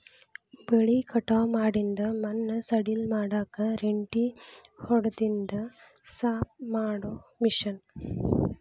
ಬೆಳಿ ಕಟಾವ ಮಾಡಿಂದ ಮಣ್ಣ ಸಡಿಲ ಮಾಡಾಕ ರೆಂಟಿ ಹೊಡದಿಂದ ಸಾಪ ಮಾಡು ಮಿಷನ್